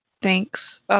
Thanks